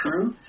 true